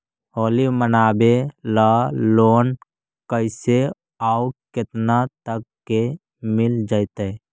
होली मनाबे ल लोन कैसे औ केतना तक के मिल जैतै?